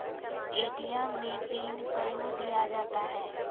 ATM मे PIN कयो दिया जाता हैं?